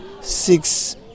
six